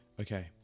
Okay